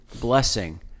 blessing